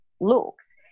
looks